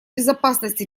безопасности